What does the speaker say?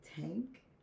Tank